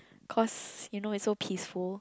cause you know it's so peaceful